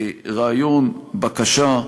רעיון, בקשה,